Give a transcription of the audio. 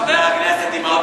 חבר הכנסת עם האות